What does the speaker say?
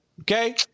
Okay